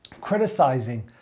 criticizing